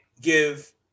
give